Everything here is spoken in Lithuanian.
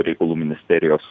reikalų ministerijos